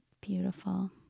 Beautiful